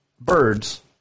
birds